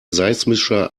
seismischer